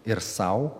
ir sau